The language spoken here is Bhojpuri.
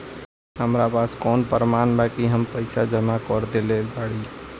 हमरा पास कौन प्रमाण बा कि हम पईसा जमा कर देली बारी?